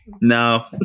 No